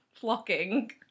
flocking